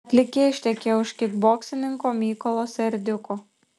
atlikėja ištekėjo už kikboksininko mykolo serdiuko